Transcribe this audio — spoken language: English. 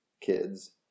kids